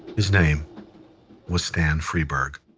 his name was stan freberg